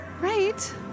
Right